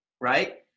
right